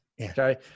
okay